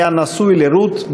היה נשוי לרות,